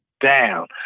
down